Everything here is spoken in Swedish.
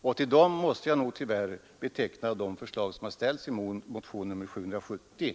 Och till de förslagen måste jag tyvärr räkna dem som har ställts i motionen 770.